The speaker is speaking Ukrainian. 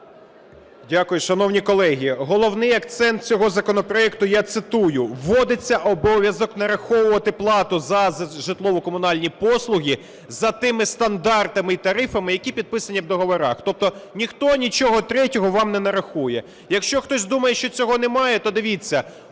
Дякую. Шановні колеги, головний акцент цього законопроекту, я цитую: "Вводиться обов'язок нараховувати плату за житлово-комунальні послуги за тими стандартами і тарифами, які підписані в договорах". Тобто ніхто нічого третього вам не нарахує. Якщо хтось думає що цього немає, то дивіться,